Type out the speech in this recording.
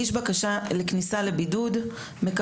אני יודעת יושבת הראש מה עמדתך ושאת עושה הרבה גם